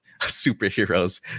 superheroes